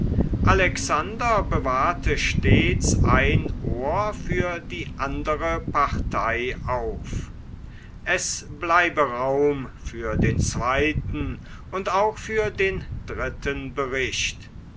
alexander bewahrte stets ein ohr für die andere partei auf es bleibe raum für den zweiten und auch für den dritten bericht